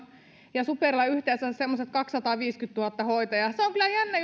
ja superilla on yhteensä semmoiset kaksisataaviisikymmentätuhatta hoitajaa se on kyllä jännä